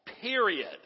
period